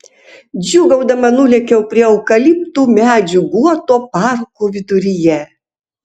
džiūgaudama nulėkiau prie eukaliptų medžių guoto parko viduryje